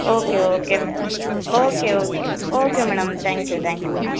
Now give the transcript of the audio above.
okay okay madam okay okay okay madam thank you thank you madam